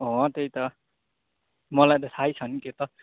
अँ त्यही त मलाई त थाहै छ नि त्यो त